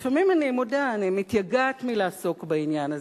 לפעמים אני מודה: אני מתייגעת מלעסוק בעניין הזה.